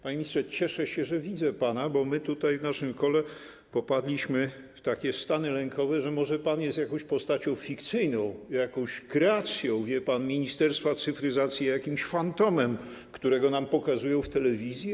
Panie ministrze, cieszę się, że widzę pana, bo my w naszym kole popadliśmy w stany lękowe, że może pan jest jakąś postacią fikcyjną, jakąś kreacją Ministerstwa Cyfryzacji, wie pan, jakimś fantomem, którego nam pokazują w telewizji.